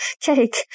cake